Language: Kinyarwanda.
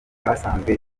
basanzwe